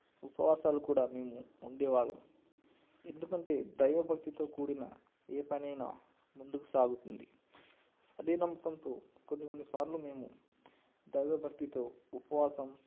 ఉపవాసాలు కూడా మేము ఉండే వాళ్ళం ఎందుకంటే దైవ భక్తితో కూడిన ఏ పని అయినా ముందుకు సాగుతుంది అదే నమ్మకంతో కొన్ని కొన్ని సార్లు మేము దైవభక్తితో ఉపవాసం